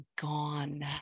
gone